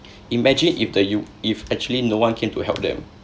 imagine if the u~ if actually one came to help them